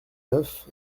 neuf